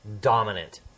dominant